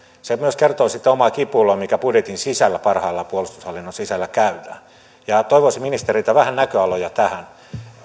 se myös kertoo siitä omasta kipuilusta mikä budjetin sisällä parhaillaan puolustushallinnon sisällä käydään toivoisin ministeriltä vähän näköaloja tähän